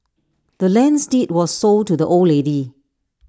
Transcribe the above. the land's deed was sold to the old lady